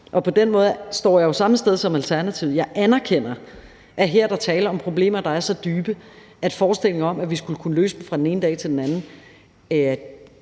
og på den måde står jeg jo samme sted som Alternativet. Jeg anerkender, at her er der tale om problemer, der er så dybe, at forestillingen om, at vi skal kunne løse dem fra den ene dag til den anden,